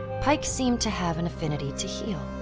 pike seemed to have an affinity to heal.